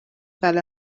fel